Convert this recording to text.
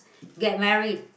get married